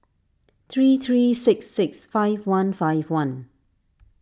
three three six six five one five one